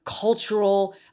Cultural